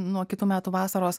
nuo kitų metų vasaros